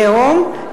לאום,